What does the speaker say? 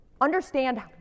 understand